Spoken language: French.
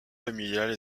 familiale